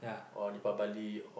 or Deepavali or